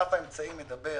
הגרף האמצעי מדבר